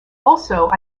also